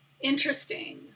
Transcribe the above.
interesting